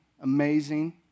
amazing